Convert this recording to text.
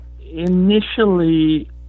Initially